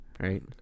Right